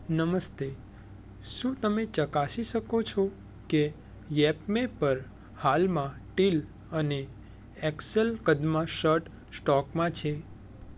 નમસ્તે શું તમે ચકાસી શકો છો કે યેપમે પર હાલમાં ટીલ અને એક્સેલ કદમાં શર્ટ સ્ટોકમાં છે